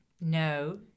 no